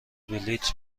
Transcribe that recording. بلیط